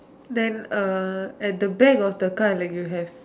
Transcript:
then uh at the back of the car like you have